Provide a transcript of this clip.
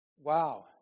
Wow